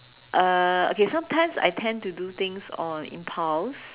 uh okay sometimes I tend to do things on impulse